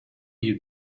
you